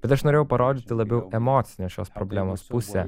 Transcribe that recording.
bet aš norėjau parodyti labiau emocinę šios problemos pusę